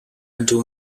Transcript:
into